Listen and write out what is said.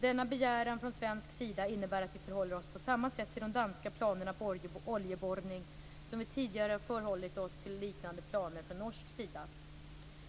Denna begäran från svensk sida innebär att vi förhåller oss på samma sätt till de danska planerna på oljeborrning som vi tidigare har förhållit oss till liknande planer från norsk sida.